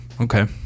Okay